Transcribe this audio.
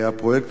הפרויקט הזה,